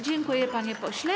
Dziękuję, panie pośle.